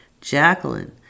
Jacqueline